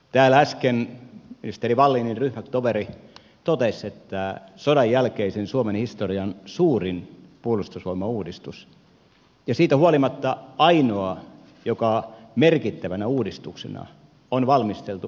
täällä äsken ministeri wallinin ryhmätoveri totesi että se on sodan jälkeisen suomen historian suurin puolustusvoimauudistus ja siitä huolimatta se on ainoa joka merkittävänä uudistuksena on valmisteltu ei parlamentaarisesti